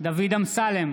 דוד אמסלם,